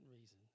reason